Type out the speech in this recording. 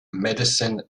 medicine